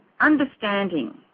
understanding